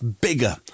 bigger